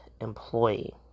employee